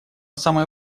самой